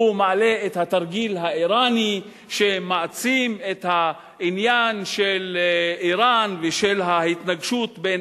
הוא מעלה את התרגיל האירני שמעצים את העניין של אירן ושל ההתנגשות בין